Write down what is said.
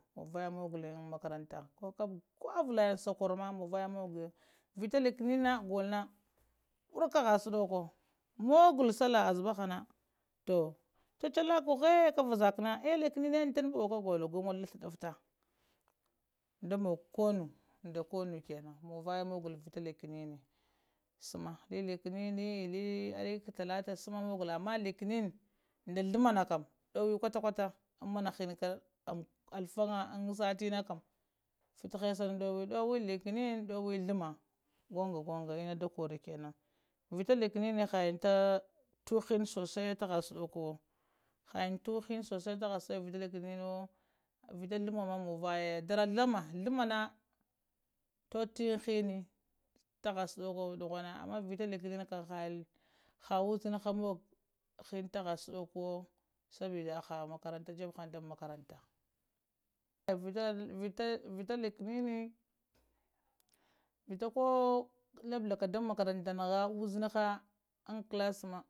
Muŋvaya mughulo in makaranta ko avalayin sakuro na muŋvaya mogo vita litinina gəlo na worka hgha suɗoko mogol sallah asubaha na tu cu-culu kuhu ka vazaka na əɓ likənən nə intaɓo kagolo gomolo sladufta da mogo konuwo da konuwo kənan muŋvayə mogolo vita likənənə suma lənkənəna, ələ talata suma mogo n likenənə da ghluma na kam nowa kwata-kwata ana hənukana alfaŋga an sitəna kəm, fita hjausa na ɗowa ɗowe ləkənən, ɗowe ghlumma, guŋga-guŋga inna da korə kanaŋ, vita litinin hayəŋ tuyən so sai taha suɗoke vita lətininyo vita ghlumam muŋvayə ghuma na tatəym hənə ta gha suɗoko nughan ŋ vita litinin nə kam ha lizənha mogo hənə taha sudl koyo sabə da ka makaranta, vita litinin nə, vita kowo luɓulakar duŋ makarantana da uʒənha an class na